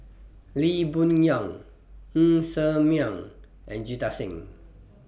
Lee Boon Yang Ng Ser Miang and Jita Singh